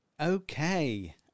Okay